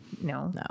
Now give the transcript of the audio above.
No